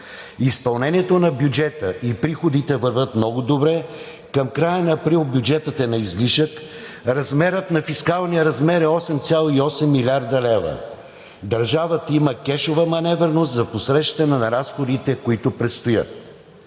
Изпълнението на бюджета и приходите вървят много добре. Към края на април бюджетът е на излишък, размерът на фискалния резерв е 8,8 млрд. лв. Държавата има кешова маневреност за посрещане на разходите, които предстоят.